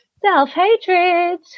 self-hatred